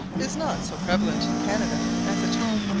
is not so prevalent in canada as at home.